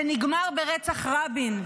זה נגמר ברצח רבין.